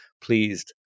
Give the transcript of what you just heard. pleased